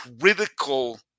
critical